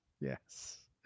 Yes